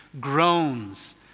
groans